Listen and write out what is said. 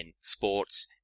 sports